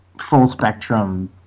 full-spectrum